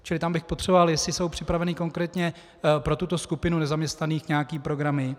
Čili tam bych potřeboval, jestli jsou připraveny konkrétně pro tuto skupinu nezaměstnaných nějaké programy.